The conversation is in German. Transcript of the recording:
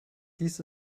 dies